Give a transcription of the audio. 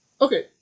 Okay